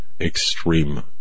extreme